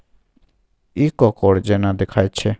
इ कॉकोड़ जेना देखाइत छै